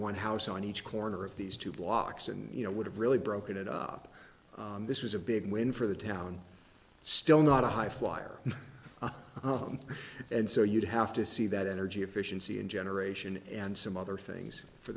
one house on each corner of these two blocks and you know would have really broken it up this was a big win for the town still not a high flyer and so you'd have to see that energy efficiency and generation and some other things for